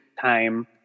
time